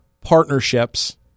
partnerships